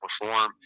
perform